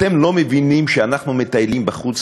אתם לא מבינים שאנחנו מטיילים בחוץ,